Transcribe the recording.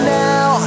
now